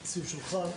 שולחן,